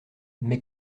mais